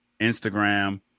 Instagram